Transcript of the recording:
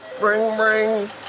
Ring-ring